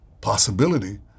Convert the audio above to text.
possibility